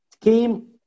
came